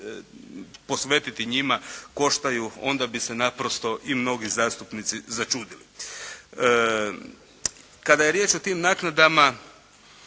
posvetiti njima, koštaju, onda bi se naprosto i mnogi zastupnici začudili. Kada je riječ o tom naknadama,